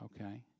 okay